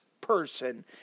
person